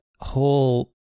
whole